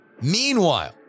meanwhile